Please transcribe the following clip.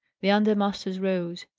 the under-masters rose.